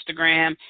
Instagram